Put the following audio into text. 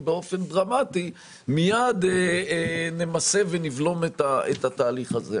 מייד נמסה ונבלום את התהליך הזה.